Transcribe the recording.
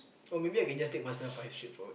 or maybe I can just take myself and shift forward